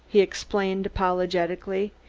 he explained apologetically,